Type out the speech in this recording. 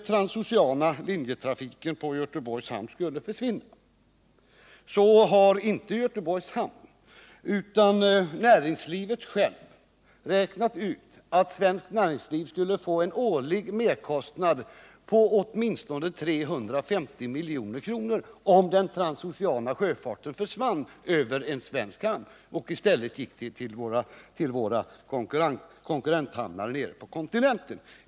Man har inom svenskt näringsliv — alltså inte inom Göteborgs hamn — räknat ut att det svenska näringslivet skulle få en årlig merkostnad på åtminstone 350 milj.kr., om den transoceana sjöfarten inte gick till en svensk hamn utan i stället till våra konkurrenthamnar nere på kontinenten.